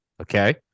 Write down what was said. Okay